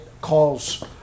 calls